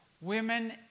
women